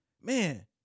man